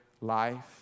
life